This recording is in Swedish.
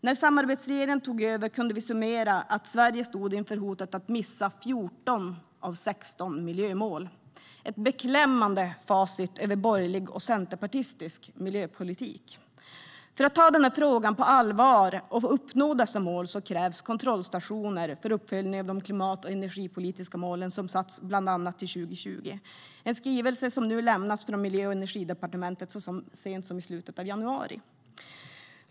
När samarbetsregeringen tog över kunde vi summera att Sverige stod inför hotet att missa 14 av 16 miljömål, ett beklämmande facit för borgerlig och centerpartistisk miljöpolitik. För att ta denna fråga på allvar och uppnå dessa mål krävs kontrollstationer för uppföljning av de klimat och energimål som har satts till bland annat 2020, en skrivelse som har lämnats från Miljö och energidepartementet så sent som i slutet av januari.